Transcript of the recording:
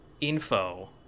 info